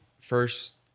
first